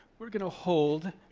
we're going to hold,